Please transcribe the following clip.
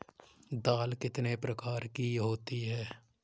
दाल कितने प्रकार की होती है?